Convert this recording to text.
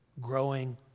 growing